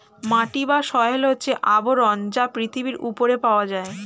মাটি বা সয়েল হচ্ছে আবরণ যা পৃথিবীর উপরে পাওয়া যায়